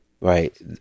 right